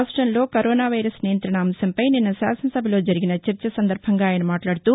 రాష్టంలో corona virus నియంతణ అంశంపై నిన్న శాసనసభలో జరిగిన చర్చ సందర్బంగా ఆయన మాట్లాడుతూ